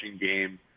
game